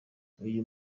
uyu